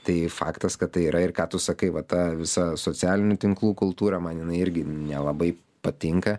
tai faktas kad tai yra ir ką tu sakai va ta visa socialinių tinklų kultūra man jinai irgi nelabai patinka